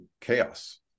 chaos